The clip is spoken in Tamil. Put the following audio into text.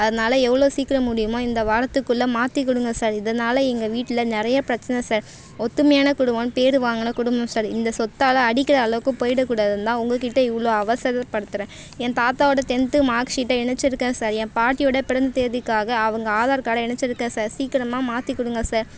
அதனால எவ்வளோ சீக்கிரம் முடியுமோ இந்த வாரத்துக்குள்ளே மாற்றிக் கொடுங்க சார் இதனால எங்கள் வீட்டில் நிறைய பிரச்சனை சார் ஒத்துமையான குடும்பம்னு பேர் வாங்கின குடும்பம் சார் இந்த சொத்தால் அடிக்கிற அளவுக்கு போய்டக் கூடாதுன்னு தான் உங்கக்கிட்டே இவ்வளோ அவசரப்படுத்துகிறேன் என் தாத்தாவோடய டென்த்து மார்க் ஷீட்டை இணைச்சிருக்கேன் சார் என் பாட்டியோடய பிறந்த தேதிக்காக அவங்க ஆதார் கார்டை இணைச்சிருக்கேன் சார் சீக்கிரமா மாற்றிக் கொடுங்க சார்